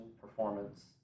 performance